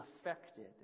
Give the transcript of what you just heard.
affected